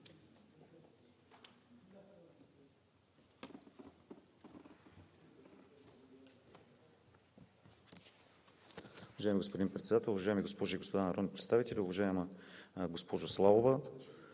Уважаеми господин Председател, уважаеми госпожи и господа народни представители! Уважаема госпожо Ненчева,